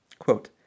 Quote